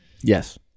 Yes